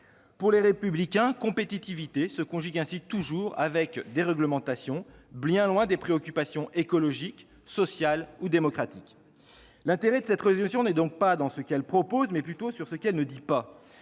groupe Les Républicains, compétitivité se conjugue ainsi toujours avec déréglementation, bien loin des préoccupations écologiques, sociales ou démocratiques. L'intérêt de cette proposition de résolution réside donc non pas dans ce qu'elle contient, mais plutôt dans ce qu'elle ne dit pas